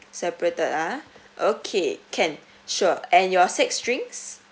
separated ah okay can sure and your six drinks